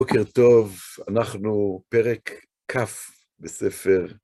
בוקר טוב, אנחנו פרק כ בספר...